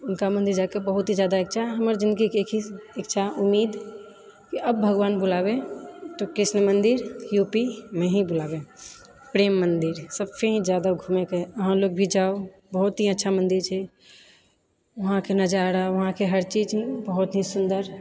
हुनका मन्दिर जाएके बहुत ही जादा इच्छा हमर जिन्दगीके एक ही इच्छा उमीद कि अब भगवान बुलावै तऽ कृष्ण मन्दिर यू पीमे ही बुलावै प्रेम मन्दिर सबसँ जादा घुमएके अहाँ लोगभी जाओ बहुत ही अच्छा मन्दिर छै वहाँके नजारा वहाँके हरचीज बहुत ही सुन्दर